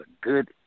good